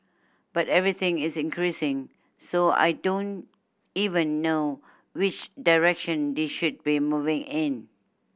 but everything is increasing so I don't even know which direction they should be moving in